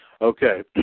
Okay